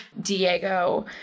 diego